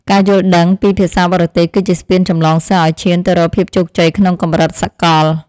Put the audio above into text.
ការយល់ដឹងពីភាសាបរទេសគឺជាស្ពានចម្លងសិស្សឱ្យឈានទៅរកភាពជោគជ័យក្នុងកម្រិតសកល។